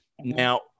now